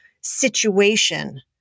situation